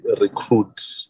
recruit